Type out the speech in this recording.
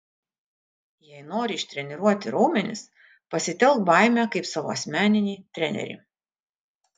jei nori ištreniruoti raumenis pasitelk baimę kaip savo asmeninį trenerį